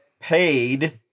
paid